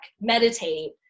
meditate